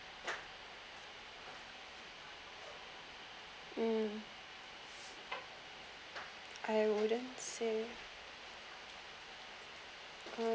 um I wouldn't so